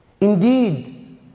Indeed